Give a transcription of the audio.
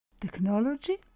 technology